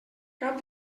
cap